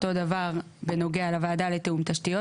אותו דבר בנוגע לוועדה לתיאום תשתיות,